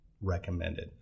recommended